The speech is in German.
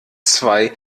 zwei